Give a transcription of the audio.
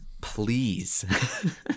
please